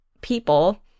people